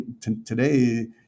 today